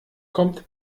kommt